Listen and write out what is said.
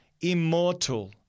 immortal